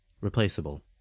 Replaceable